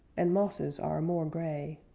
and mosses are more gray.